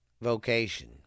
vocation